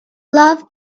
love